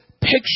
picture